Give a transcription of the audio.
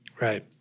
right